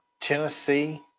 Tennessee